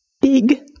big